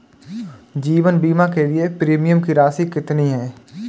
जीवन बीमा के लिए प्रीमियम की राशि कितनी है?